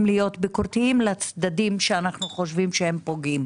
גם להיות ביקורתיים על הצדדים שאנחנו חושבים שפוגעים,